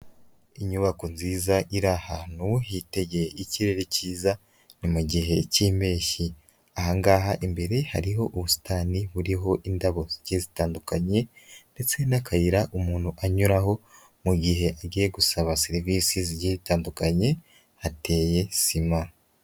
Inyubako nziza irihantu hitegeye ikirere cyiza, ni mu gihe cy'impeshyi, ahangaha imbere hariho ubusitani buriho indabo zitandukanye ndetse n'akayira umuntu anyuraho mu gihe agiye gusaba serivisi zigiye zitandukanye, hateye sima.